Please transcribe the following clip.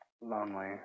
lonely